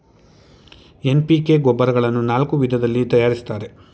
NPK ಗೊಬ್ಬರಗಳನ್ನು ನಾಲ್ಕು ವಿಧದಲ್ಲಿ ತರಯಾರಿಸ್ತರೆ